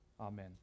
Amen